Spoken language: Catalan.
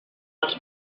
els